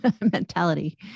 mentality